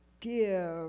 give